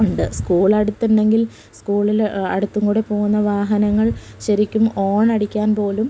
ഉണ്ട് സ്കൂള അടുത്തുണ്ടെങ്കിൽ സ്കൂളിൽ അടുത്തും കൂടെ പോകുന്ന വാഹനങ്ങൾ ശരിക്കും ഓൺ അടിക്കാൻ പോലും